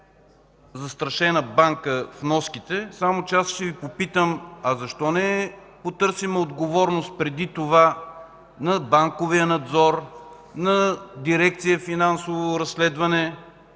застрашена банка. Само че аз ще Ви попитам: а защо не потърсим отговорност преди това на банковия надзор, на дирекция „Финансово разследване”,